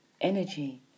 energy